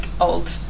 old